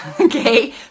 okay